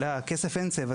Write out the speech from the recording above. לכסף אין צבע.